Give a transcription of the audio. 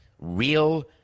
real